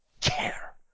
care